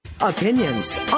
Opinions